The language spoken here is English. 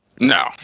No